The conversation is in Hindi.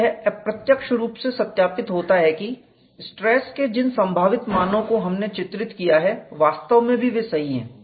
तो यह अप्रत्यक्ष रूप से सत्यापित होता है कि स्ट्रेस के जिन संभावित मानों को हमने चित्रित किया है वास्तव में भी वे सही है